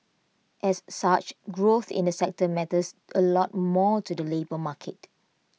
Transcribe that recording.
as such growth in the sector matters A lot more to the labour market